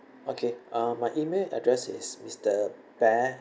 okay uh my email address is mister bear